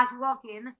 walking